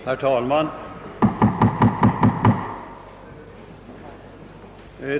Herr talman!